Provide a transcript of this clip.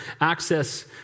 access